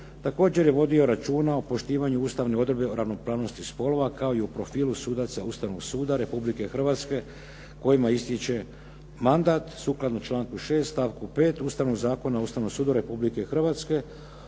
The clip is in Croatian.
Također je vodio računa o poštivanju ustavne odredbe o ravnopravnosti spolova kao i profilu sudaca Ustavnog suda Republike Hrvatske kojima ističe mandatu sukladno članku 6. stavku 5. Ustavnog zakona o Ustavnom sudu Republike Hrvatske.